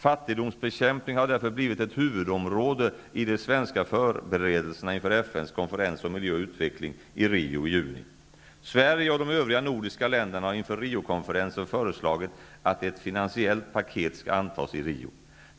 Fattigdomsbekämpning har därför blivit ett huvudområde i de svenska förberedelserna inför Sverige och de övriga nordiska länderna har inför Rio-konferensen föreslagit att ett finansiellt paket skall antas i Rio.